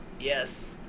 Yes